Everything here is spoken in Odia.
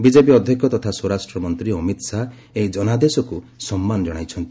ବିଜେପି ଅଧ୍ୟକ୍ଷ ତଥା ସ୍ୱରାଷ୍ଟ୍ରମନ୍ତ୍ରୀ ଅମିତ ଶାହା ଏହି ଜନାଦେଶକୁ ସମ୍ମାନ ଜଣାଇଛନ୍ତି